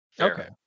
Okay